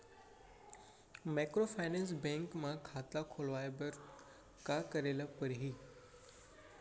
Microfinance bank म खाता खोलवाय बर का करे ल परही?